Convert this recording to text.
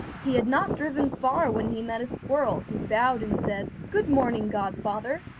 he had not driven far when he met a squirrel, who bowed and said good-morning, godfather!